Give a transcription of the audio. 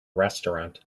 restaurant